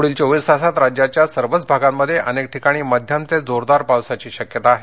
पुढील चोवीस तासात राज्याच्या सर्वच भागांमध्ये अनेक ठिकाणी मध्यम ते जोरदार पावसाची शक्यता आहे